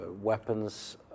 weapons